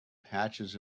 patches